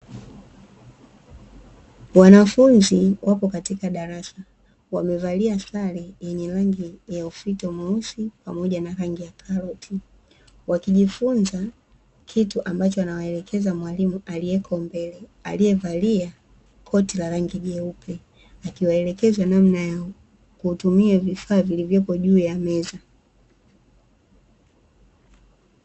Wanafunzi wako katika darasa, wamevalia sare yenye rangi ya ufito mweusi pamoja na rangi ya karoti, wakijifunza kitu ambacho anawaelekeza mwalimu aliyeko mbele, aliyevalia koti la rangi jeupe akiwaelekeza namna ya kutumia vifaa vilivyopo juu ya meza.